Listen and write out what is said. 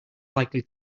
likely